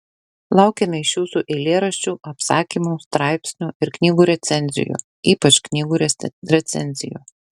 laukiame iš jūsų eilėraščių apsakymų straipsnių ir knygų recenzijų ypač knygų recenzijų